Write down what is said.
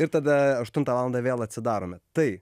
ir tada aštuntą valandą vėl atsidarome tai